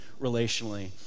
relationally